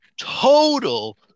total